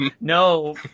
No